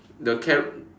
the carrot